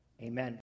Amen